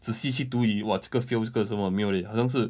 仔细去读你 !wah! 这个 fail 这个做么没有 leh 好像是